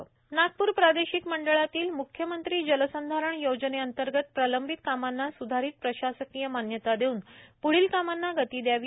नाना पटोले नागप्र प्रादेशिक मंडळातील मुख्यमंत्री जलसंधारण योजनेअंतर्गत प्रलंबित कामांना सुधारित प्रशासकिय मान्यता देऊन पुढील कामांना गती दयावी